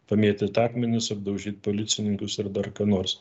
pamėtyt akmenis apdaužyt policininkus ir dar ką nors